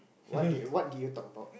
what did what did you talk about